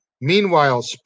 Meanwhile